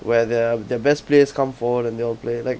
where their their best players come forward and they will play like